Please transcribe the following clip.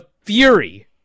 fury